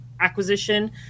acquisition